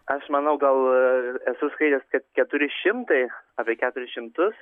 aš manau gal esu skaitęs kad keturi šimtai apie keturis šimtus